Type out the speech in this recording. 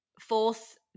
fourth